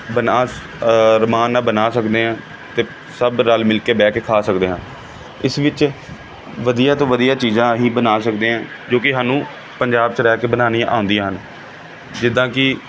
ਆਰਾਮ ਨਾਲ ਬਣਾ ਸਕਦੇ ਹਾਂ ਅਤੇ ਸਭ ਰਲ ਮਿਲ ਕੇ ਬਹਿ ਕੇ ਖਾ ਸਕਦੇ ਹਾਂ ਇਸ ਵਿੱਚ ਵਧੀਆ ਤੋਂ ਵਧੀਆ ਚੀਜ਼ਾਂ ਅਸੀਂ ਬਣਾ ਸਕਦੇ ਆਂ ਜੋ ਕਿ ਸਾਨੂੰ ਪੰਜਾਬ 'ਚ ਰਹਿ ਕੇ ਬਣਾਉਣੀਆ ਆਉਂਦੀਆਂ ਹਨ ਜਿੱਦਾਂ ਕਿ